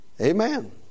Amen